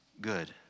good